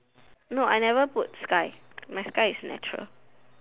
no I never put sky my sky is natural